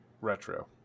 retro